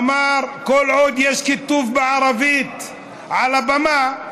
אמר: כל עוד יש כיתוב בערבית על הבמה,